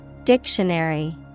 Dictionary